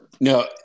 no